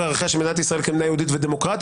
ערכיה של מדינת ישראל כמדינה יהודית ודמוקרטית,